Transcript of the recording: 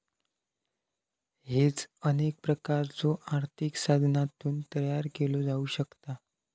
hedge अनेक प्रकारच्यो आर्थिक साधनांतून तयार केला जाऊ शकता